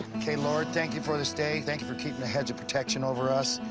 ok. lord. thank you for this day. thank you for keeping a hedge of protection over us.